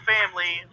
Family